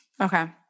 Okay